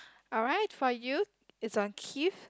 alright for you it's on Keith